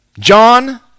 John